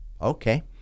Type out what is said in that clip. Okay